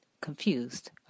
confused